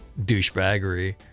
douchebaggery